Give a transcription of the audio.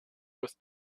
with